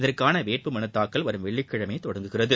இதற்கான வேட்பு மனுதாக்கல் வரும் வெள்ளிக்கிழமை தொடங்குகிறது